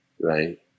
right